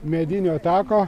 medinio tako